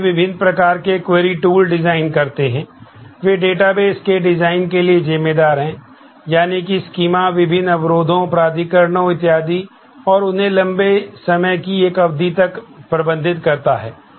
तो वे विभिन्न प्रकार के क्वेरी टूल में विस्थापित करता है